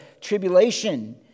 tribulation